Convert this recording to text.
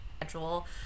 schedule